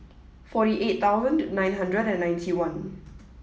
forty eight thousand nine hundred and ninety one